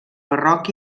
barroc